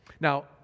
now